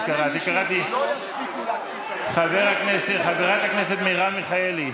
חברת הכנסת מרב מיכאלי,